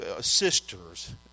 sisters